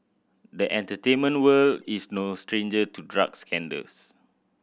the entertainment world is no stranger to drug scandals